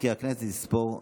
מזכיר הכנסת יספור.